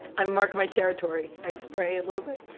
i mark my territory. i spray a little bit.